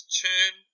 turn